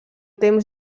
temps